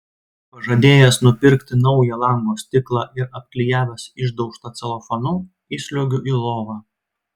pažadėjęs nupirkti naują lango stiklą ir apklijavęs išdaužtą celofanu įsliuogiu į lovą